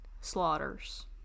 Slaughters